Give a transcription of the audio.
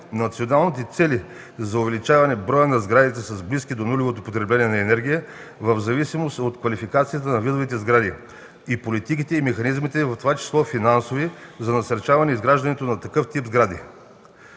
националните цели за увеличаване броя на сградите с близко до нулево потребление на енергия в зависимост от класификацията на видовете сгради и политиките и механизмите, в това число финансови, за насърчаване изграждането на такъв тип сгради.